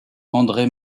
andré